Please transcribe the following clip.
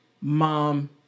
mom